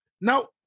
now